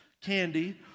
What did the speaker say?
candy